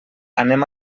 anem